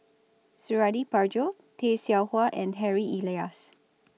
Suradi Parjo Tay Seow Huah and Harry Elias